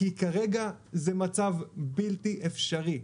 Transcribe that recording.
כי כרגע זה מצב בלתי אפשרי.